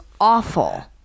awful